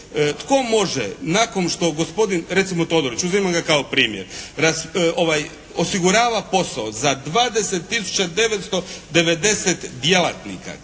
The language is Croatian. Tko može nakon što gospodin recimo Todorić uzimam kao primjer osigurava posao za 20999 djelatnika